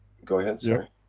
go ahead sorry.